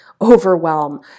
overwhelm